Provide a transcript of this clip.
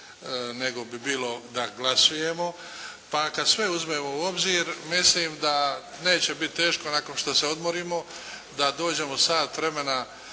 nego bi bilo da glasujemo. Pa kad sve uzmemo u obzir mislim da neće bit teško nakon što se odmorimo da dođemo sat vremena